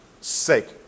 sake